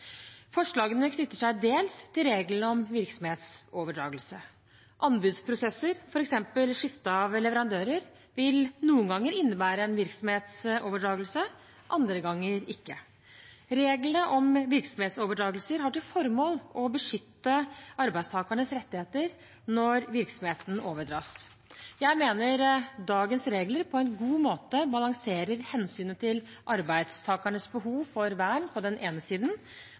Forslagene knytter seg dels til reglene om virksomhetsoverdragelse. Anbudsprosesser, f.eks. skifte av leverandører, vil noen ganger innebære en virksomhetsoverdragelse, andre ganger ikke. Reglene om virksomhetsoverdragelser har til formål å beskytte arbeidstakernes rettigheter når virksomheten overdras. Jeg mener dagens regler på en god måte balanserer hensynet til arbeidstakernes behov for vern på den ene siden